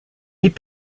n’est